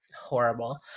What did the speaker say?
Horrible